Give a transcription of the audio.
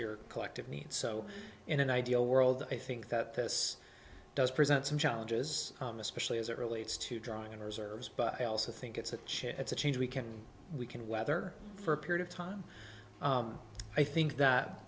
your collective need so in an ideal world i think that this does present some challenges especially as it relates to drawing on reserves but i also think it's a change it's a change we can we can weather for a period of time i think that